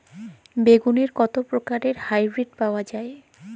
বেগুনের কত প্রকারের হাইব্রীড পাওয়া যায়?